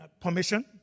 permission